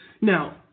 Now